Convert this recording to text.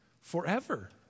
forever